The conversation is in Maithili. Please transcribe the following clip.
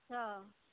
हॅं